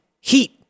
Heat